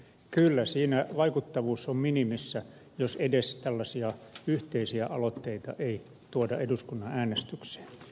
kyllä siinä vaikuttavuus on minimissä jos edes tällaisia yhteisiä aloitteita ei tuoda eduskunnan äänestykseen